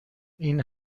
این